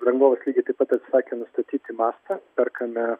rangovas lygiai taip pat atsisakė nustatyti mastą perkame